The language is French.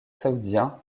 saoudien